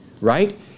right